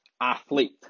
athlete